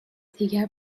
دیگر